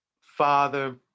father